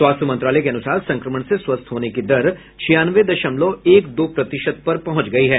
स्वास्थ्य मंत्रालय के अनुसार संक्रमण से स्वस्थ होने की दर छियानवे दशमलव एक दो प्रतिशत पर पहुंच गई है